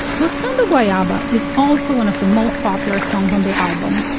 must come the way abba is also one of the most popular songs on the album.